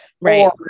right